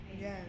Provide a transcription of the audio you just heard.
Yes